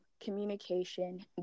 communication